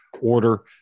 order